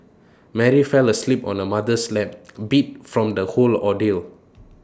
Mary fell asleep on her mother's lap beat from the whole ordeal